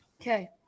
Okay